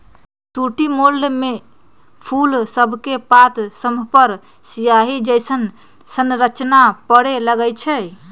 sooty mould में फूल सभके पात सभपर सियाहि जइसन्न संरचना परै लगैए छइ